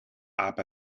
aap